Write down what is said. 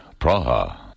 Praha